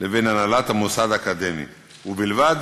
לבין הנהלת המוסד האקדמי, ובלבד